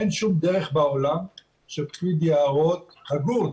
אין שום דרך בעולם שפקיד יערות הגון,